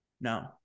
no